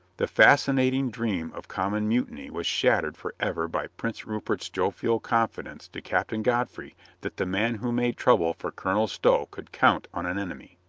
the fascinating dream of common mutiny was shattered for ever by prince rupert's jovial confidence to captain godfrey that the man who made trouble for colonel stow could count on an enemy.